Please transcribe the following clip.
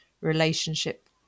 relationship